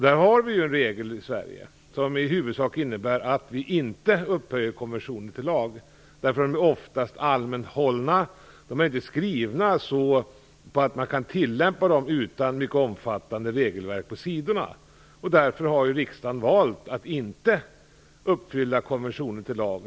Vi har en regel i Sverige som i huvudsak innebär att vi inte upphöjer konventioner till lag därför att de oftast är allmänt hållna. De är inte skrivna så att man kan tillämpa dem utan mycket omfattande regelverk vid sidan om. Därför har riksdagen valt att inte upphöja konventionen till lag.